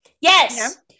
Yes